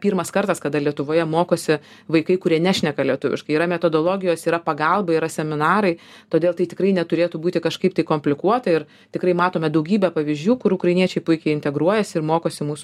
pirmas kartas kada lietuvoje mokosi vaikai kurie nešneka lietuviškai yra metodologijos yra pagalba yra seminarai todėl tai tikrai neturėtų būti kažkaip tai komplikuota ir tikrai matome daugybę pavyzdžių kur ukrainiečiai puikiai integruojasi ir mokosi mūs